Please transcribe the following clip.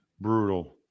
brutal